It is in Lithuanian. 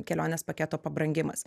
kelionės paketo pabrangimas